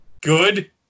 Good